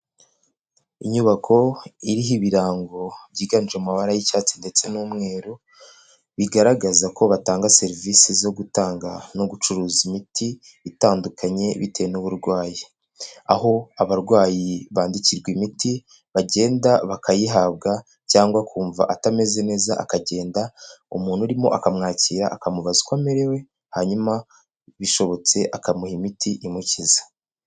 Inyubako iriho ibirango byiganjemo amabara y'icyatsi ndetse n'umweru, bigaragaza ko batanga serivisi zo gutanga no gucuruza imiti itandukanye bitewe n'uburwayi. Aho abarwayi bandikirwa imiti bagenda bakayihabwa cyangwa akumva atameze neza akagenda, umuntu urimo akamwakira, akamubaza uko amerewe, hanyuma bishobotse akamuha imiti imukiza.